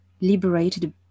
liberated